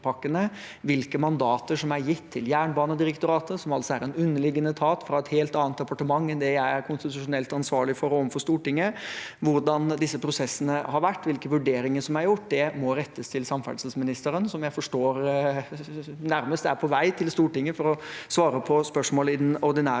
hvilke mandater som er gitt til Jernbanedirektoratet, som altså er en underliggende etat for et helt annet departement enn det jeg er konstitusjonelt ansvarlig for overfor Stortinget, hvordan disse prosessene har vært, og hvilke vurderinger som er gjort – må rettes til samferdselsministeren, som jeg forstår er på vei til Stortinget for å svare på spørsmål i den ordinære